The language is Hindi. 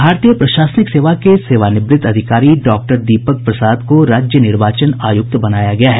भारतीय प्रशासनिक सेवा के सेवानिवृत्त अधिकारी डॉक्टर दीपक प्रसाद को राज्य निर्वाचन आयुक्त बनाया गया है